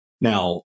Now